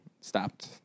stopped